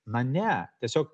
na ne tiesiog